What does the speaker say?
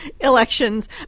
elections